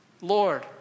Lord